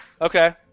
Okay